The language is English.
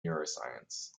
neuroscience